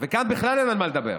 וכאן בכלל אין על מה לדבר.